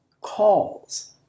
calls